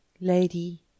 Lady